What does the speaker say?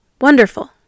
Wonderful